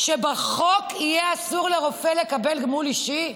שבחוק יהיה אסור לרופא לקבל גמול אישי.